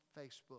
Facebook